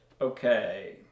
Okay